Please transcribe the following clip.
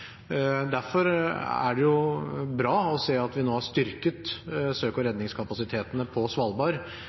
Derfor er det bra å se at vi nå har styrket søk- og redningskapasitetene på Svalbard